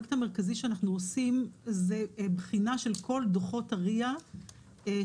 והפרויקט המרכזי שאנחנו עושים זה בחינה של כל דוחות ה-RIA שמתפרסמים,